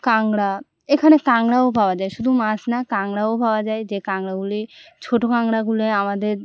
কাঁকড়া এখানে কাঁকড়াও পাওয়া যায় শুধু মাছ না কাঁকড়াও পাওয়া যায় যে কাঁকড়াগুলি ছোটো কাঁকড়াগুলোয় আমাদের